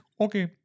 Okay